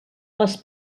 les